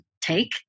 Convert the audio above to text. take